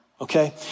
Okay